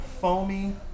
foamy